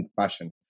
fashion